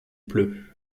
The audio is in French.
pleut